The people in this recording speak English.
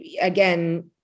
again